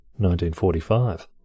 1945